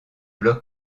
bloc